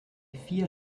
vier